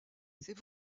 c’est